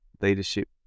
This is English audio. leadership